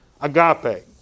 agape